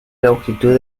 longitud